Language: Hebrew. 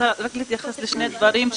רוצה רק להתייחס לשני דברים,